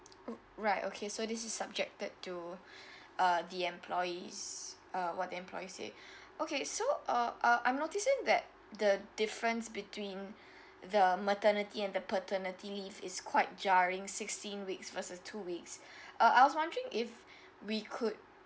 oh right okay so this is subjected to uh the employees uh what employ you say okay so uh um I'm noticing that the difference between the maternity and the paternity leave is quite jarring sixteen weeks versus two weeks uh I was wondering if we could